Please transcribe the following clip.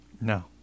No